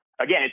Again